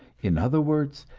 in other words,